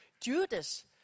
Judas